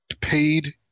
paid